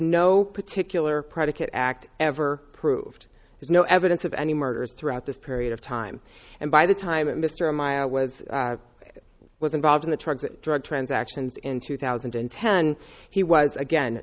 no particular predicate act ever proved it no evidence of any murders throughout this period of time and by the time of mr meyer was was involved in the truck the drug transactions in two thousand and ten he was again